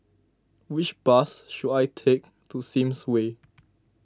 which bus should I take to Sims Way